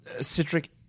citric